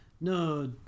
no